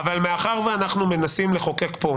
מאחר שאנחנו מנסים לחוקק פה,